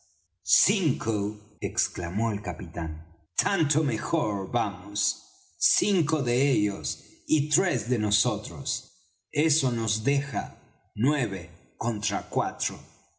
cinco exclamó el capitán tanto mejor vamos cinco de ellos y tres de nosotros eso nos deja nueve contra cuatro